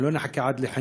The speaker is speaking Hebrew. אנחנו לא נחכה עד לחינוך